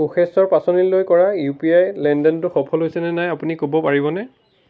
কোষেশ্বৰ পাচনিলৈ কৰা U P I লেনদেনটো সফল হৈছে নে নাই আপুনি ক'ব পাৰিবনে